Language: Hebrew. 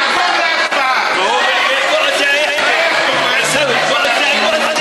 תעבור להצבעה ותכבד את תקנון הכנסת.